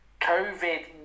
COVID